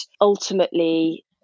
Ultimately